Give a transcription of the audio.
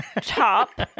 top